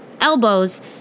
elbows